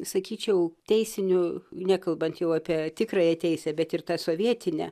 sakyčiau teisinių nekalbant jau apie tikrąją teisę bet ir sovietinę